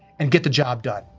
and get the job done